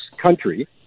country